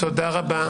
תודה רבה.